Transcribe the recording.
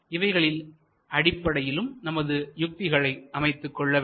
இவைகளின் அடிப்படையிலும் நமது யுக்திகளை அமைத்துக்கொள்ள வேண்டும்